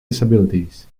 disabilities